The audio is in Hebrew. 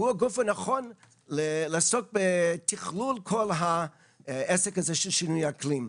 הוא הגוף הנכון לעסוק בתכלול כל העסק הזה של שינוי אקלים,